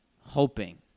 Hoping